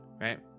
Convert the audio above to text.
right